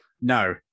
No